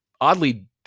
oddly